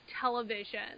television